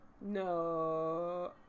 No